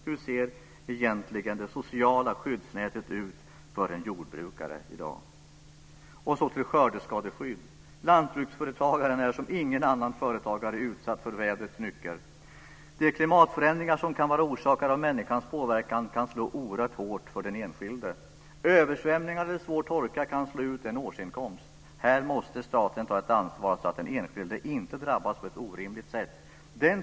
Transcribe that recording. Hur ser egentligen det sociala skyddsnätet ut för en jordbrukare i dag? Låt mig så gå över till frågan om skördeskadeskydd. Lantbruksföretagaren är som ingen annan företagare utsatt för vädrets nycker. De klimatförändringar som kan vara orsakade av människans påverkan kan slå oerhört hårt mot den enskilde. Översvämningar eller svår torka kan slå ut en årsinkomst. Här måste staten ta ett ansvar så att den enskilde inte drabbas på ett orimligt sätt.